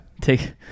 Take